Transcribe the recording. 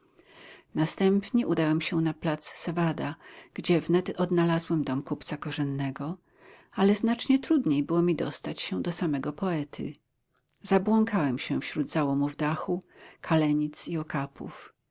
następnie udałem się na plac cevada gdzie wnet odnalazłem dom kupca korzennego ale znacznie trudniej było mi dostać się do samego poety zabłąkałem się wśród załomów dachu kalenic i okapów